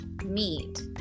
meat